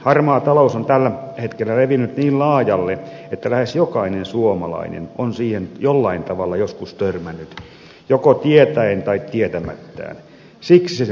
harmaa talous on tällä hetkellä levinnyt niin laajalle että lähes jokainen suomalainen on siihen jollain tavalla joskus törmännyt joko tietäen tai tietämättään